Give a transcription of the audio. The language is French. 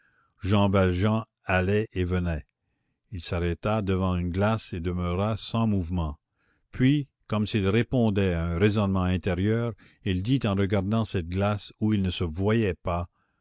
jean valjean allait et venait il s'arrêta devant une glace et demeura sans mouvement puis comme s'il répondait à un raisonnement intérieur il dit en regardant cette glace où il ne se voyait pas